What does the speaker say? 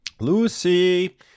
Lucy